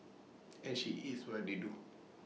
and she eats what they do